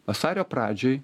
vasario pradžioj